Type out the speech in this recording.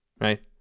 right